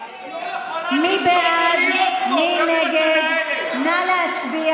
אני רוצה לתת